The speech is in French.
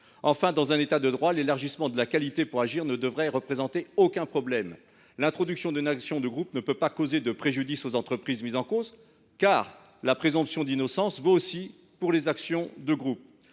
Enfin, dans un État de droit, l’élargissement de la qualité pour agir ne devrait représenter aucun problème. L’introduction d’une action de groupe ne saurait en elle même causer de préjudice aux entreprises mises en cause, car la présomption d’innocence vaut aussi pour cette procédure